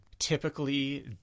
typically